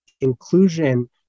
inclusion